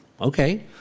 okay